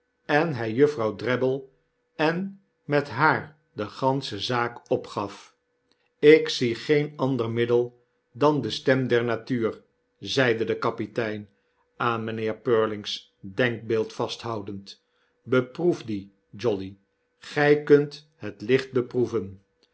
en hij juffrouw drabble en met haar de gansche zaak opgaf jk zie geen auder middel dan de stem der natuur zeide de kapitein aan mijnheer purling's denkbeeld vasthoudend beproef die jolly gij kunt het licht beproeven